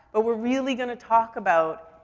but we're really gonna talk about,